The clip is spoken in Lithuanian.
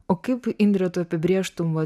o kaip indre tu apibrėžtum va